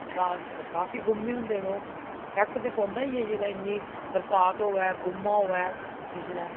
तां काफी गु'म्मे होंदे न ओह् अफैक्ट ते पौंदा गै ऐ जेल्लै इन्नी बरसांत होऐ गु'म्मा होऐ जिसलै